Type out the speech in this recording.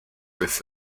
with